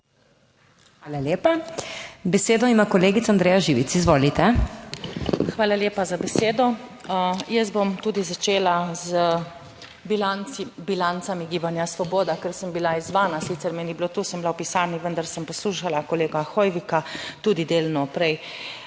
Hvala lepa. Besedo ima kolegica Andreja Živic, izvolite. ANDREJA ŽIVIC (PS Svoboda): Hvala lepa za besedo. Jaz bom tudi začela z bilanci…, bilancami Gibanja Svoboda, ker sem bila izzvana. Sicer me ni bilo tu, sem bila v pisarni, vendar sem poslušala kolega Hoivika, tudi delno prej